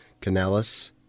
canalis